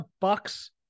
Bucks